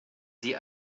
sie